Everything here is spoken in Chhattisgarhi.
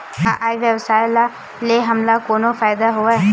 का ई व्यवसाय का ले हमला कोनो फ़ायदा हवय?